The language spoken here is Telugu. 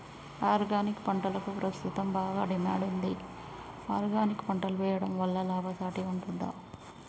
ఆర్గానిక్ పంటలకు ప్రస్తుతం బాగా డిమాండ్ ఉంది ఆర్గానిక్ పంటలు వేయడం వల్ల లాభసాటి ఉంటుందా?